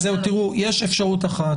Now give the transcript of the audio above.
אפשרות אחת,